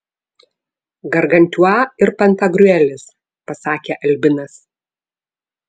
gargantiua ir pantagriuelis pasakė albinas